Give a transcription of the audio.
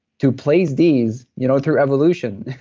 to place these, you know through evolution.